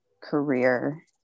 career